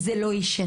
זה לא ישנה,